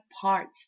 parts